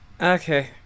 Okay